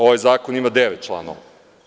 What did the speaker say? Ovaj zakon ima devet članova.